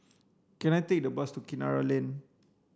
can I take a bus to Kinara Lane